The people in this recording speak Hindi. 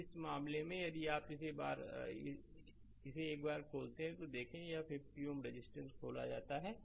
तो इस मामले में यदि आप इसे एक बार खोलते ही देखते हैं तो यह 50 Ω रेजिस्टेंस खोला जाता है